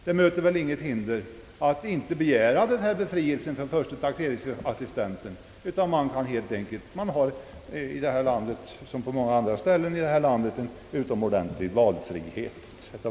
Det möter väl inte något hinder att inte begära tendenten, utan man har väl på detta område liksom på så många andra områden här i landet valfrihet, såvitt jag kan förstå.